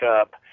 up